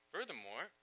Furthermore